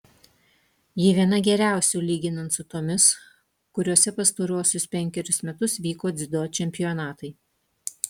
ji viena geriausių lyginant su tomis kuriose pastaruosius penkerius metus vyko dziudo čempionatai